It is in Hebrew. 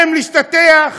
האם להשתטח?